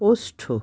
ওষ্ঠ